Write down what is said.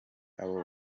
abo